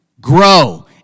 grow